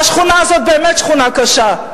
והשכונה הזאת באמת שכונה קשה.